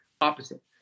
opposite